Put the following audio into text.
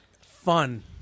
fun